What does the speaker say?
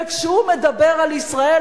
וכשהוא מדבר על ישראל,